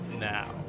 now